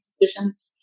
decisions